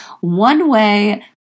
one-way